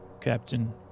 Captain